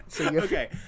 Okay